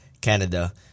Canada